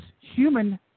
human